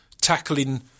tackling